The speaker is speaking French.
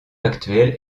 actuel